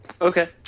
Okay